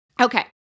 Okay